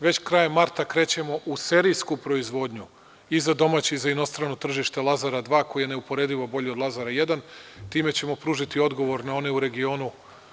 Već krajem marta krećemo u serijsku proizvodnju i za domaće i za inostrana tržišta Lazara 2, koji je neuporedivo bolji od Lazara 1. Time ćemo pružiti odgovor na one u regionu.